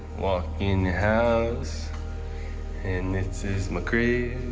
walking in the house and this is my crib.